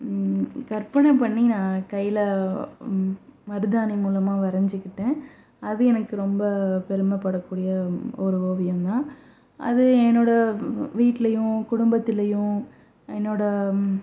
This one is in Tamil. கற்பனை பண்ணி நான் கையில் மருதாணி மூலமாக வரைஞ்சுகிட்டேன் அது எனக்கு ரொம்ப பெருமைப்படக்கூடிய ஒரு ஓவியம் தான் அது என்னோடய வீட்லியும் குடும்பத்திலியும் என்னோடய